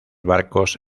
barcos